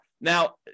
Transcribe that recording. Now